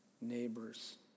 neighbors